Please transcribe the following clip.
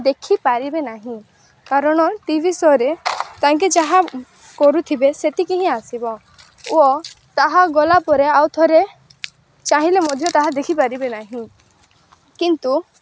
ଦେଖିପାରିବେ ନାହିଁ କାରଣ ଟି ଭି ସୋ'ରେ ତାଙ୍କେ ଯାହା କରୁଥିବେ ସେତିକି ହିଁ ଆସିବ ଓ ତାହା ଗଲାପରେ ଆଉ ଥରେ ଚାହିଁଲେ ମଧ୍ୟ ତାହା ଦେଖିପାରିବେ ନାହିଁ କିନ୍ତୁ